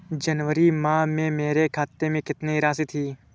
जनवरी माह में मेरे खाते में कितनी राशि थी?